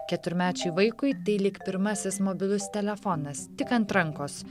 keturmečiui vaikui tai lyg pirmasis mobilus telefonas tik ant rankos